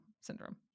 syndrome